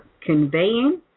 conveying